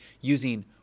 using